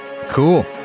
Cool